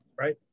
right